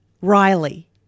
Riley